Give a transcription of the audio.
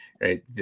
right